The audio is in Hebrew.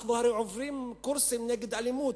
אנחנו הרי עוברים קורסים נגד אלימות,